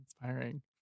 inspiring